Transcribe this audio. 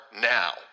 now